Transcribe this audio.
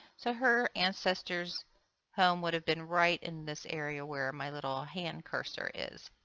so her ancestor's home would have been right in this area where my little hand cursor is.